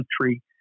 country